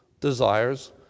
desires